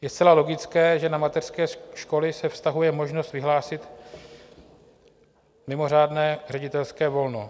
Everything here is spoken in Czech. Je zcela logické, že na mateřské školy se vztahuje možnost vyhlásit mimořádné ředitelské volno.